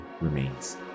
remains